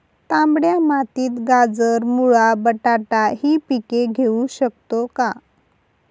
तांबड्या मातीत गाजर, मुळा, बटाटा हि पिके घेऊ शकतो का?